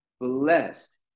blessed